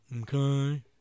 okay